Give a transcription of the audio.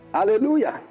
Hallelujah